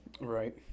right